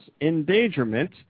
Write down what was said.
endangerment